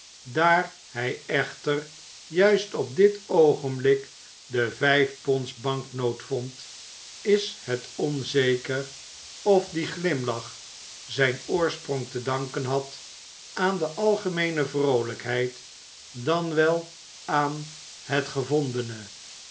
daar hij echter juist op dit oogenblik de vijf ponds banknoot vond is het onzeker of die glimlach zijn oorsprong te danken had aan de algemeene vroolijkheid dan wel aan het gevondene